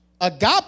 Agape